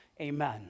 Amen